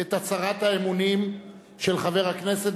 את הצהרת האמונים של חבר הכנסת,